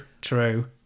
true